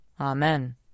Amen